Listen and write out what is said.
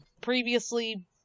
previously